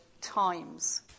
times